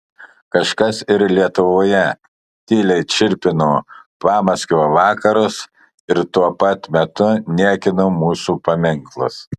kažkas ir lietuvoje tyliai čirpino pamaskvio vakarus ir tuo pat metu niekino mūsų paminklus